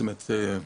זאת אומרת,